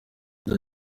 bya